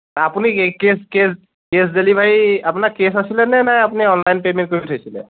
আপুনি cash delivery আপোনাৰ cash আছিলে নে নে আপুনি অনলাইন পে'মেণ্ট কৰি থৈছিলে